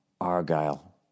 Argyle